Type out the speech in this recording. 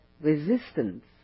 resistance